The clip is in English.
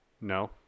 No